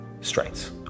strengths